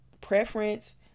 preference